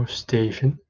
station